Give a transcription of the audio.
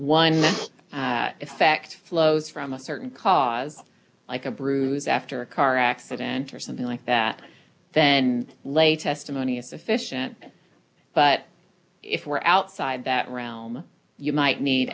one effect flows from a certain cause like a bruise after a car accident or something like that then lay testimony is sufficient but if we're outside that realm you might need